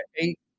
eight